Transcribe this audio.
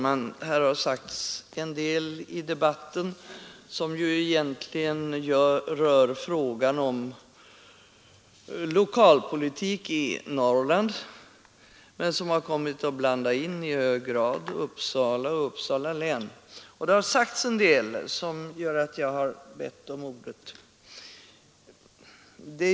Fru talman! I den här debatten som egentligen rör frågan om regionalpolitik i Norrland har i hög grad Uppsala och Uppsala län kommit att blandas in. Av den anledningen har jag begärt ordet.